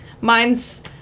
mine's